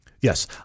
Yes